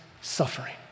suffering